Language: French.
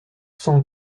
cent